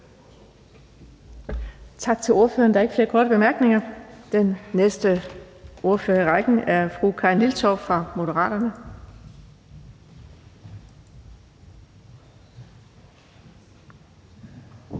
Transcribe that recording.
tak til ordføreren. Der er ikke flere korte bemærkninger. Den næste ordfører i rækken er hr. Alexander Ryle fra Liberal